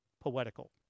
poetical